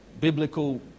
Biblical